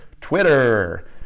Twitter